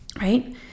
right